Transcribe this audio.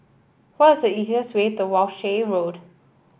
what is the easiest way to Walshe Road